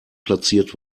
platziert